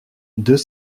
deux